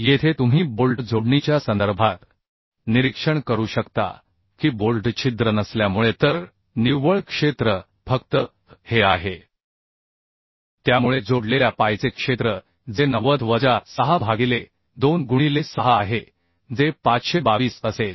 येथे तुम्ही बोल्ट जोडणीच्या संदर्भात निरीक्षण करू शकता की बोल्ट छिद्र नसल्यामुळे तर निव्वळ क्षेत्र फक्त हे आहे त्यामुळे जोडलेल्या पायचे क्षेत्र जे 90 वजा 6 भागिले 2 गुणिले 6 आहे जे 522 असेल